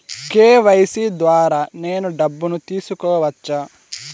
KYC ద్వారా నేను డబ్బును తీసుకోవచ్చా?